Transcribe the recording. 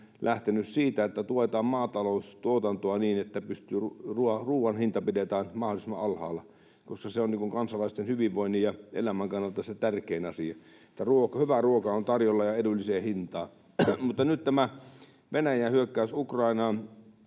lähtenyt siitä, että tuetaan maataloustuotantoa niin, että ruoan hinta pidetään mahdollisimman alhaalla, koska se on kansalaisten hyvinvoinnin ja elämän kannalta se tärkein asia, että hyvää ruokaa on tarjolla ja edulliseen hintaan. Mutta nyt tämä Venäjän hyökkäys Ukrainaan